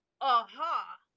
aha